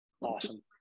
Awesome